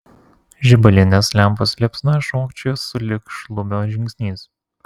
žibalinės lempos liepsna šokčiojo sulig šlubio žingsniais